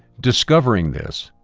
discovering this,